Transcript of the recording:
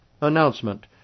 Announcement